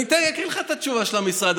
אני אקריא לך את התשובה של המשרד,